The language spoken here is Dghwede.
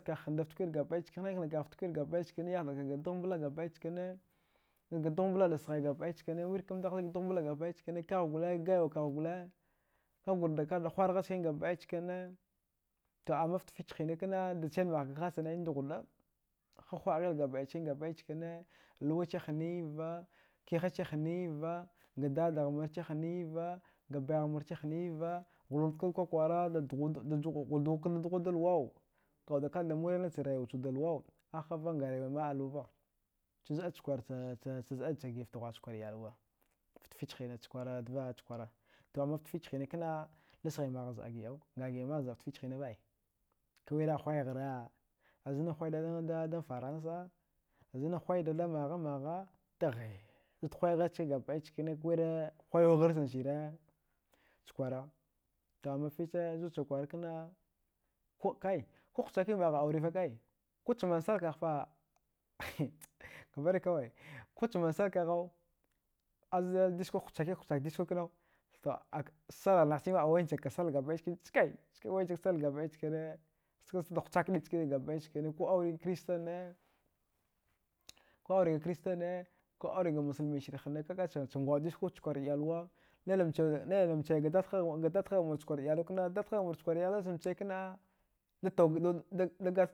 Kagh handaftwir gabɗai chikine yahdgharkaga dughmbla gabɗai chikine kaga dughblada sghai gamɗai chikine wirkamda hazga dughmbla gabɗai chikine kagh gole gayo kagh gole kagurda kada huwargha gamɗai cikine to amma ftafich. hinakana dachamimaghka haschanai ndughlaɗ huɗaghil gabɗai chkingabɗai chkine luwachi hniva kihachi hniva ga dadaghmurchi hniva gabayaghmurchi hniva wurawodkada kwakwara dazulawadkada dughuda luwaw kawaddakada muru nach yaruwachwud luwaw ahava narayuwama. aluwava chaza. a chakwar giɗaluwa chakwar chaza. a cha gidɗaftaghua ayalawa, fta fich hina chakwara to amma ftafich hinakana dasghimaha zɗa giɗaw nga diɗa maɗ zɗaftfich hinavaɗai kuwira ahuighara azna huidadan faransa, azna huidada maghamagha, daghin zud huighir chikine gabɗai chine kuwire huayukgharchan sire chakwara to amma fiche zuchchakwar kana kokaiko huchakimagha aurifa kai kucha mansal kaghfa kabari kawai kucha mansal kaghau azdiskwa huchakika huckak diskwa kna, salghnachima awayansagka sal gabɗai chkine ch kai ska wainsag sal gabɗai chkane stada huchakni gabɗai chkane ko auriga kristana ko auriga masalmisir hne kaga changwaɗ diskwa wadchakwar iyalwa nina mchaiga dadha ghmur chakwar iyalwa kna, dadhaghmur chakwar iyalwa zancha mchai kana da taugada wude